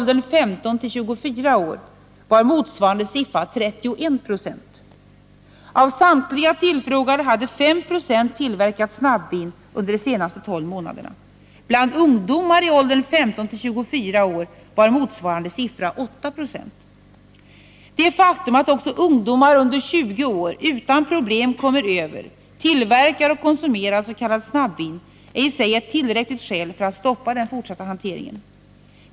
Det faktum att också ungdomar under 20 år utan problem kommer över, tillverkar och konsumerar s.k. snabbvin är i sig ett tillräckligt skäl för att stoppa den fortsatta hanteringen.